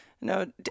no